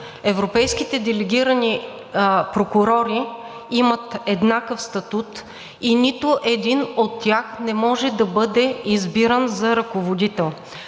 европейските делегирани прокурори имат еднакъв статут и нито един от тях не може да бъде избиран за ръководител.